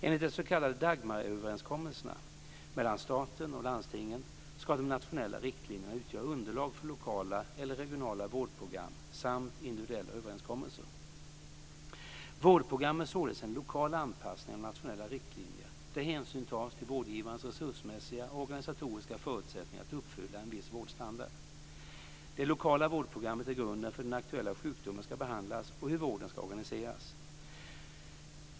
Enligt de s.k. Dagmaröverenskommelserna mellan staten och landstingen ska de nationella riktlinjerna utgöra underlag för lokala eller regionala vårdprogram samt individuella överenskommelser. Vårdprogram är således en lokal anpassning av nationella riktlinjer där hänsyn tas till vårdgivarens resursmässiga och organisatoriska förutsättningar att uppfylla en viss vårdstandard. Det lokala vårdprogrammet är grunden för hur den aktuella sjukdomen ska behandlas och hur vården ska organiseras.